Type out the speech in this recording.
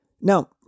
Now